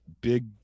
big